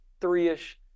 three-ish